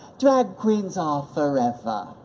drag queens are forever.